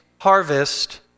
harvest